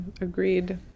agreed